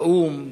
האו"ם,